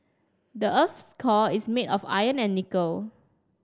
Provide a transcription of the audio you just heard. the earth's core is made of iron and nickel